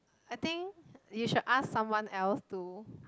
I think you should ask someone else to